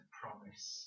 promise